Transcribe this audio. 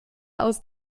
aus